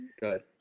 Good